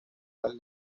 las